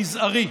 מזערי.